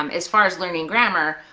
um as far as learning grammar,